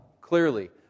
Clearly